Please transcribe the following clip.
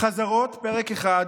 "חזרות", פרק 1,